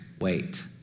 Wait